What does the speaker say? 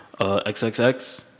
XXX